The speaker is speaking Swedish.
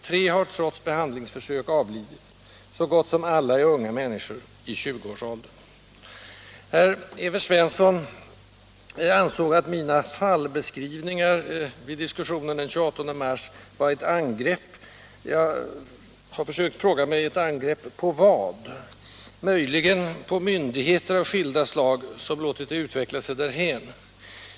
3 har trots behandlingsförsök avlidit. Så gott som alla är unga människor i tjugoårsåldern. Herr Svensson i Kungälv ansåg att mina fallbeskrivningar vid diskussionen den 28 mars var ”ett angrepp”. Jag har försökt fråga mig: Ett angrepp på vad? Möjligen på myndigheter av skilda slag, som låtit utvecklingen gå därhän.